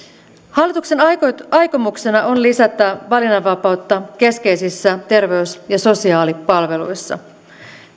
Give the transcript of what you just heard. hallituksen aikomuksena on lisätä valinnanvapautta keskeisissä terveys ja sosiaalipalveluissa